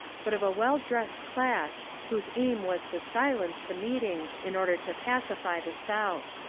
but of a well-dressed class, whose aim was to silence the meetings in order to pacify the south.